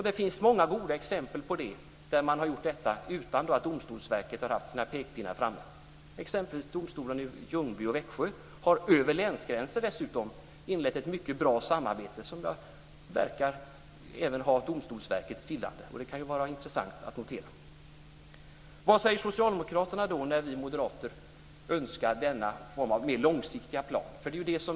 Det finns många goda exempel på att man har gjort detta utan att Domstolsverket har haft sina pekpinnar framme. T.ex. har domstolarna i Ljungby och Växjö - dessutom över länsgränsen - inlett ett mycket bra samarbete, som även verkar ha Domstolsverkets gillande, vilket kan vara intressant att notera. Vad säger då socialdemokraterna när vi moderater önskar denna mer långsiktiga plan?